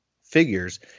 figures